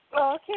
Okay